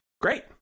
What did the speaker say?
Great